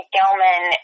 Gelman